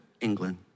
England